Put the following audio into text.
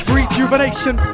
Rejuvenation